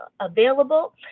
available